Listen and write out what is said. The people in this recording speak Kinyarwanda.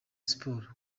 sport